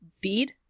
Bead